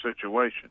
situation